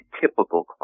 typical